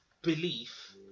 belief